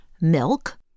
Milk